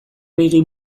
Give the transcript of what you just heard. reggae